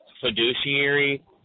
fiduciary